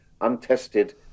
untested